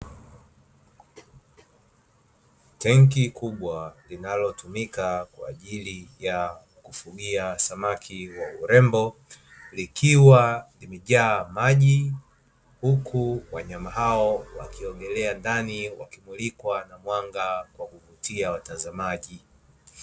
Tenki kubwa linalotumika kwaajili ya kufugia samaki wa urembo likiwa limejaa maji huku wanyama hao wakiwa ndani wakivutia watazamaji